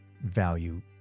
value